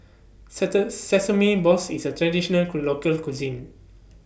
Sesame Balls IS A Traditional Local Cuisine